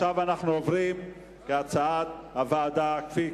עכשיו אנחנו עוברים לקריאה שלישית.